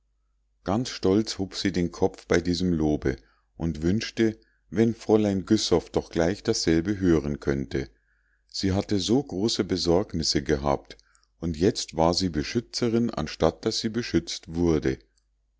ganz stolz hob sie den kopf bei diesem lobe und wünschte wenn fräulein güssow doch gleich dasselbe hören könnte sie hatte so große besorgnisse gehabt und jetzt war sie beschützerin anstatt daß sie beschützt wurde